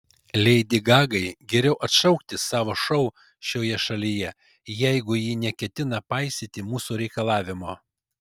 leidi gagai geriau atšaukti savo šou šioje šalyje jeigu ji neketina paisyti mūsų reikalavimo